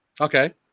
Okay